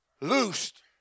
Loosed